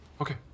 okay